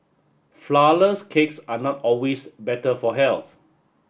Flourless cakes are not always better for health